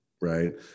right